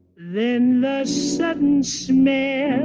then the sudden smell